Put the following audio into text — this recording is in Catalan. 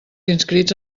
inscrits